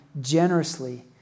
generously